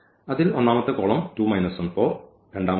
അതിൽ ഒന്നാമത്തെ കോളം രണ്ടാമത്തേത്